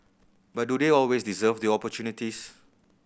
but do they always deserve the opportunities